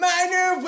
Minor